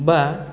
बा